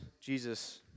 Jesus